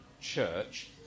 church